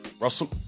russell